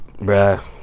Bruh